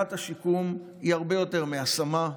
וסוגיית השיקום היא הרבה יותר מהשמה,